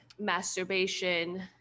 masturbation